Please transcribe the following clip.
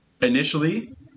initially